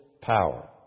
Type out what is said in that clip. power